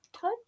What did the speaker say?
touch